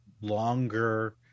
longer